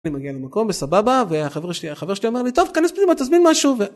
אני מגיע למקום בסבבה וחבר שלי אומר לי טוב כנס פנימה תזמין משהו.